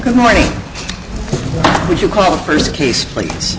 good morning would you call the first case pl